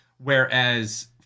Whereas